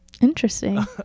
Interesting